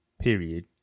period